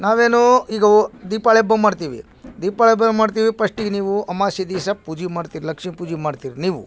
ನಾವೇನೂ ಇದು ದೀಪಾವಳಿ ಹಬ್ಬ ಮಾಡ್ತೀವಿ ದೀಪಾವಳಿ ಹಬ್ಬ ಏನು ಮಾಡ್ತೀವಿ ಫಸ್ಟಿಗೆ ನೀವು ಅಮಾವಾಸೆ ದಿವ್ಸ ಪೂಜೆ ಮಾಡ್ತೀರಿ ಲಕ್ಷ್ಮಿ ಪೂಜೆ ಮಾಡ್ತೀರಿ ನೀವು